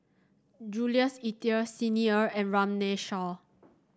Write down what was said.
Jules Itier Xi Ni Er and Runme Shaw